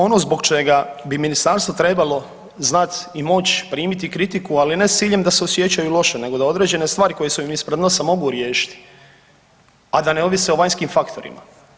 Ono zbog čega bi ministarstvo trebalo znati i moć primiti kritiku, ali ne s ciljem da se osjećaju loše nego da određene stvari koje su im ispred nosa mogu riješiti, a da ne ovise o vanjskim faktorima.